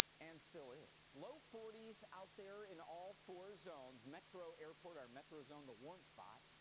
and still is. low forty s out there in all four zones. metro airport, our metro zone, the warm spot,